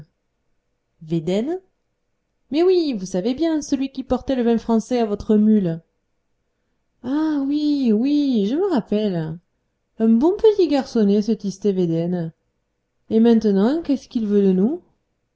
védène mais oui vous savez bien celui qui portait le vin français à votre mule ah oui oui je me rappelle un bon petit garçonnet ce tistet védène et maintenant qu'est-ce qu'il veut de nous